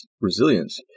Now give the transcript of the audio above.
resilience